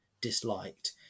disliked